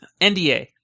NDA